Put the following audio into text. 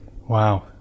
Wow